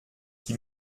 qui